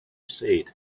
said